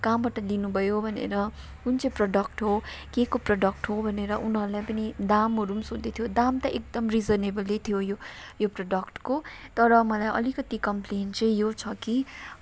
कहाँबाट लिनुभयो भनेर कुन चाहिँ प्रडक्ट हो के को प्रडक्ट हो भनेर उनीहरूलाई पनि दामहरू पनि सोध्दैथ्यो दाम त एकदम रिजनेबलै थियो यो यो प्रडक्टको तर मलाई अलिकति कम्प्लेन चाहिँ यो छ कि